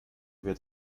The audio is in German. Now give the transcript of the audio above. wird